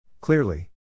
Clearly